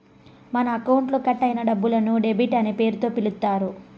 మన అకౌంట్లో కట్ అయిన డబ్బులను డెబిట్ అనే పేరుతో పిలుత్తారు